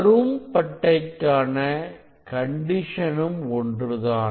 கரும் பட்டை காண கண்டிஷனும் ஒன்றுதான்